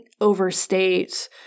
overstate